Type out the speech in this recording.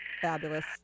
fabulous